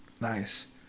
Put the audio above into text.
Nice